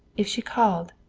if she called,